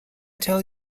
tell